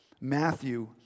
Matthew